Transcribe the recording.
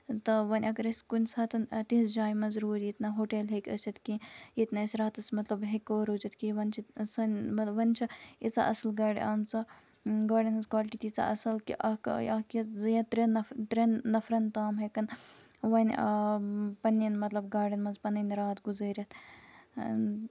تہٕ وۄنۍ اگر ٲسۍ کُنہِ ساتَن تِژھِ جایہِ مَنز روٗدۍ ییٚتہِ نہٕ ہوٹَل ہیٚکہِ ٲسِتھ کیٚنٛہہ ییٚتتہِ نہٕ اَسہِ راتَس مطلب ہیٚکو روٗزِتھ کِہیٖنۍ وۄنۍ چھِ سہٕ مطلب وۄنۍ چھِ ییٖژاہ اصل گاڑِ آمژٕ گاڑٮ۪ن ہٕنز کالٹی تیٖژاہ اصل کہِ اَکھ اَکھ یا زٕ یا ترٛٮ۪ن ترٮ۪ن نَفرن ترٮ۪ن نَفرَن تام ہیٚکَن وۄنۍ پَننٮ۪ن مطلب گاڑٮ۪ن مَنز پَنٕنۍ رات گُزٲرِتھ